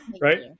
Right